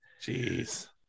Jeez